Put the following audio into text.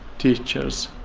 teachers,